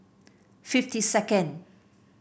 fifty second